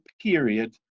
period